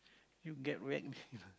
you get whack